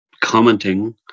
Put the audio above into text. commenting